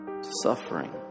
Suffering